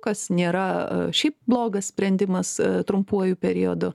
kas nėra šiaip blogas sprendimas trumpuoju periodu